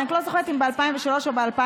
אני רק לא זוכרת אם ב-2003 או ב-2004.